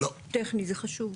טכני, זה חשוב.